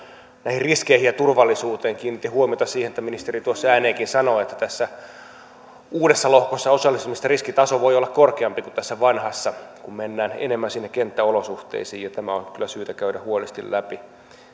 näihin riskeihin ja turvallisuuteen kiinnitin huomiota siihen että ministeri ääneenkin sanoi että tässä uudessa lohkossa osallistumisen riskitaso voi olla korkeampi kuin tässä vanhassa kun mennään enemmän sinne kenttäolosuhteisiin tämä on kyllä syytä käydä huolellisesti läpi